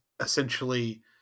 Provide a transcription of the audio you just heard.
essentially